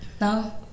No